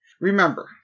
Remember